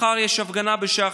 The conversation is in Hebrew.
מחר יש הפגנה בשעה